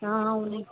అవును